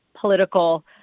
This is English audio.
political